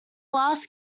last